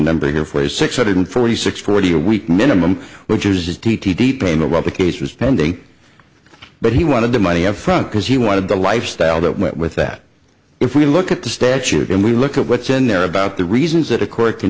number for six hundred forty six forty a week minimum which is d t d payment while the case was pending but he wanted to money upfront because he wanted the lifestyle that went with that if we look at the statute and we look at what's in there about the reasons that a court can